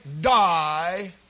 die